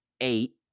eight